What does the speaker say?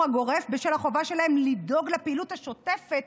הגורף בשל החובה שלהן לדאוג לפעילות השוטפת